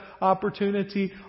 opportunity